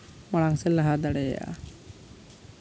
ᱢᱟᱲᱟᱝ ᱥᱮᱫ ᱞᱟᱦᱟ ᱫᱟᱲᱮᱭᱟᱜᱼᱟ